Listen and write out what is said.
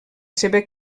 seva